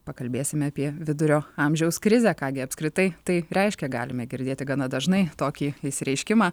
pakalbėsime apie vidurio amžiaus krizę ką gi apskritai tai reiškia galime girdėti gana dažnai tokį išsireiškimą